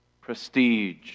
prestige